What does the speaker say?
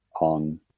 on